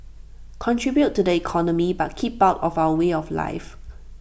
contribute to the economy but keep out of our way of life